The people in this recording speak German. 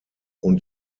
und